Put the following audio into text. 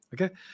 Okay